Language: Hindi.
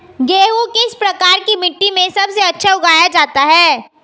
गेहूँ किस प्रकार की मिट्टी में सबसे अच्छा उगाया जाता है?